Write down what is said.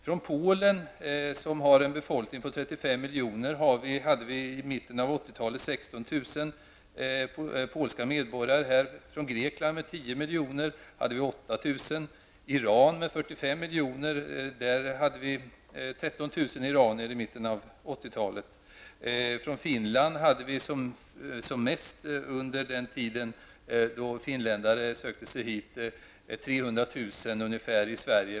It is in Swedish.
Från Polen, som har en befolkning på 35 miljoner, hade vi i mitten av 80 45 miljoner invånare hade vi 13 000 invandrare i mitten av 80-talet. Från Finland hade vi som mest under den tid då finländare sökte sig hit ungefär Finland.